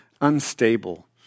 unstable